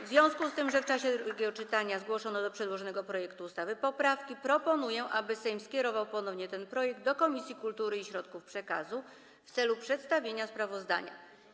W związku z tym, że w czasie drugiego czytania zgłoszono do przedłożonego projektu ustawy poprawki, proponuję, aby Sejm skierował ponownie ten projekt do Komisji Kultury i Środków Przekazu w celu przedstawienia sprawozdania.